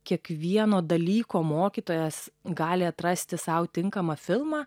kiekvieno dalyko mokytojas gali atrasti sau tinkamą filmą